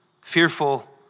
fearful